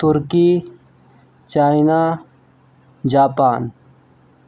Turkey China Japan